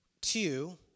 two